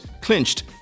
clinched